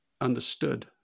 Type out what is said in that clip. understood